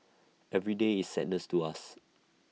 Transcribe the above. every day is sadness to us